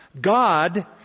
God